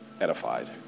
edified